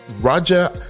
Roger